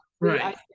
Right